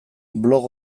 blog